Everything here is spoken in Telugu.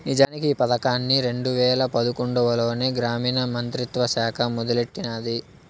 నిజానికి ఈ పదకాన్ని రెండు వేల పదకొండులోనే గ్రామీణ మంత్రిత్వ శాఖ మొదలెట్టినాది